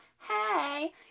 hey